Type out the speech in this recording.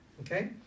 okay